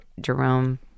Jerome